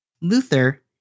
Luther